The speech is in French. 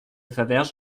faverges